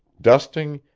dusting,